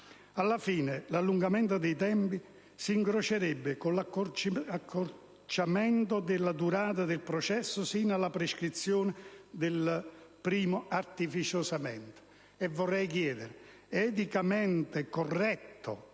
Alla fine, l'allungamento dei tempi si incrocerebbe con l'accorciamento della durata del processo, sino alla prescrizione del primo, artificiosamente. E vorrei chiedere: è eticamente corretto